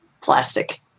plastic